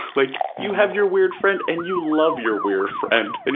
like, you have your weird friend and you love your weird friend, and